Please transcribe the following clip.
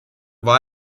war